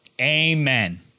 Amen